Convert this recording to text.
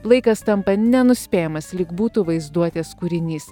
laikas tampa nenuspėjamas lyg būtų vaizduotės kūrinys